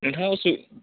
नोंथाङा उसु